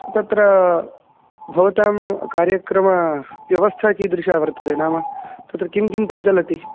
तत्र भवतां कार्यक्रमव्यवस्था कीदृशी वर्तते नाम तत्र किं किं प्रचलति